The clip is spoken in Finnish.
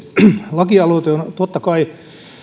lakialoite on totta kai